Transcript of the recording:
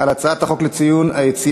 בקריאה ראשונה על הצעת חוק יום לציון היציאה